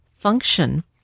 function